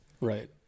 Right